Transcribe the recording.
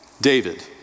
David